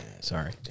sorry